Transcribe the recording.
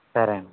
సరే ఆండీ